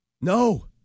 No